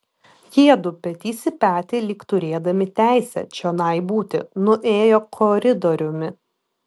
jiedu petys į petį lyg turėdami teisę čionai būti nuėjo koridoriumi